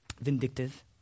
vindictive